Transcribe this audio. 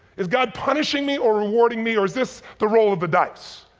is god punishing me or rewarding me or is this the roll of the dice?